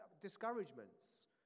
discouragements